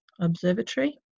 Observatory